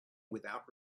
without